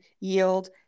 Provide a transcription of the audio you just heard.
yield